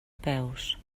peus